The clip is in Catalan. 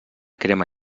crema